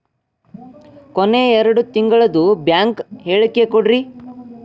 ಕೊನೆ ಎರಡು ತಿಂಗಳದು ಬ್ಯಾಂಕ್ ಹೇಳಕಿ ಕೊಡ್ರಿ